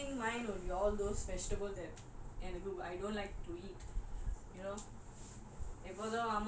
I think mine would be all those vegetable that I don't like to eat